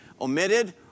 omitted